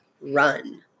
run